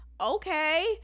Okay